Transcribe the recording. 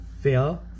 fail